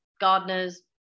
gardeners